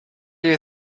you